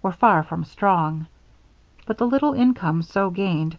were far from strong but the little income so gained